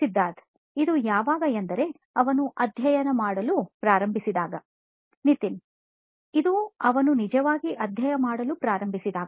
ಸಿದ್ಧಾರ್ಥ್ ಇದು ಯಾವಾಗ ಎಂದರೆ ಅವನು ಅಧ್ಯಯನ ಮಾಡಲು ಪ್ರಾರಂಭಿಸಿದಾಗ ನಿತಿನ್ ಇದು ಅವನು ನಿಜವಾಗಿ ಅಧ್ಯಯನ ಮಾಡಲು ಪ್ರಾರಂಭಿಸಿದಾಗ